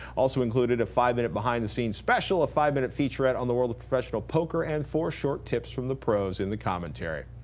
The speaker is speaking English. also included a five minute behind the scenes special, a five minute featurette on the world of professional poker and four short tips from the pros in the commentary.